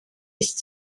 ist